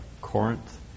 Corinth